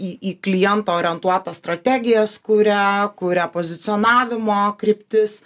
į į kliento orientuotas strategijas kurią kuria pozicionavimo kryptis